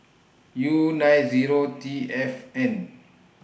U nine Zero T F N